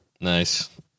nice